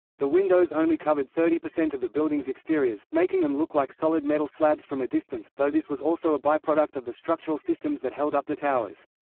the windows only covered thirty percent of the buildings' exteriors, making them look like solid metal slabs from a distance, though this was also a byproduct of the structural systems that held up the towers.